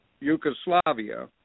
Yugoslavia